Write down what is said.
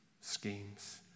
schemes